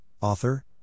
author